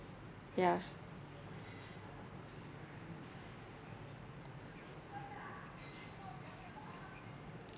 ya